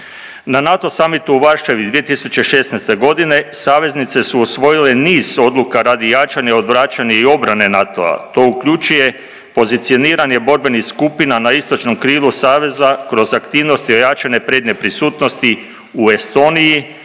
Na NATO summitu u Varšavi 2016. godine saveznice su usvojile niz odluka radi jačanja, odvraćanja i obrane NATO-a. To uključuje pozicioniranje borbenih skupina na istočnom krilu saveza kroz aktivnosti ojačane prednje prisutnosti u Estoniji,